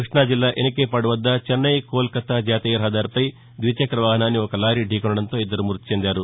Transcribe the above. కృష్ణాజిల్లా ఎనికేపాడు వద్ద చెన్నై కోల్కతా జాతీయ రహదారిపై ద్విచక్ర వాహనాన్ని ఓ లారీ ఢీకొనడంతో ఇద్దరు మృతి చెందారు